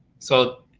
so